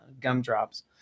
gumdrops